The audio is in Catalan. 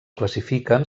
classifiquen